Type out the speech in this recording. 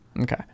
Okay